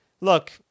look